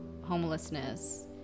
homelessness